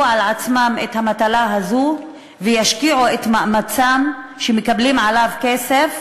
על עצמם את המטלה הזאת וישקיעו את המאמץ שהם מקבלים עליו כסף,